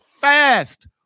Fast